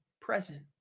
present